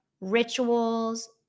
rituals